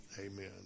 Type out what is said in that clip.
Amen